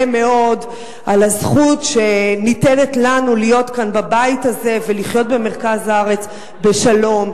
מאוד על הזכות שניתנת לנו להיות כאן בבית הזה ולחיות במרכז הארץ בשלום.